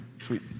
Sweet